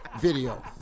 video